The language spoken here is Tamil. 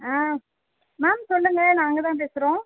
மேம் சொல்லுங்க நாங்கள்தான் பேசுகிறோம்